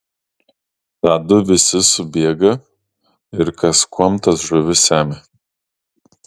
tadu visi subėga ir kas kuom tas žuvis semia